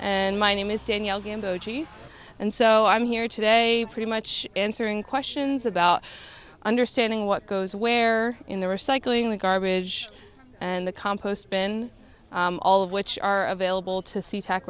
and my name is danielle gamba and so i'm here today pretty much answering questions about understanding what goes where in the recycling the garbage and the compost bin all of which are available to sea tac